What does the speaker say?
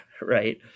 right